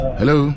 hello